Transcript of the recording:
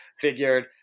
figured